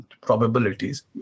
probabilities